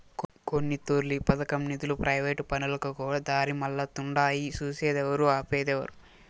కొన్నితూర్లు ఈ పదకం నిదులు ప్రైవేటు పనులకుకూడా దారిమల్లతుండాయి సూసేదేవరు, ఆపేదేవరు